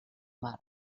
mar